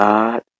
God